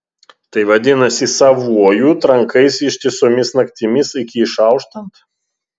tai vadinasi savuoju trankaisi ištisomis naktimis iki išauštant